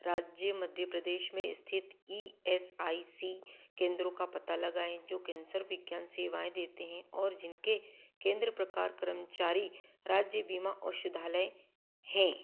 राज्य मध्य प्रदेश में स्थित ई एस आई सी केंद्रों का पता लगाएँ जो कैंसर विज्ञान सेवाएँ देते हैं और जिनके केंद्र प्रकार कर्मचारी राज्य बीमा औषधालय हैं